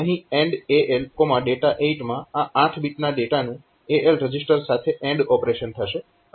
અહીં AND ALdata8 માં આ 8 બીટના ડેટાનું AL રજીસ્ટર સાથે AND ઓપરેશન થશે